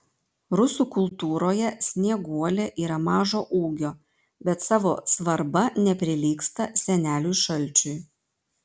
rusų kultūroje snieguolė yra mažo ūgio bet savo svarba neprilygsta seneliui šalčiui